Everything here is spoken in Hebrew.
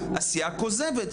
עשייה כוזבת,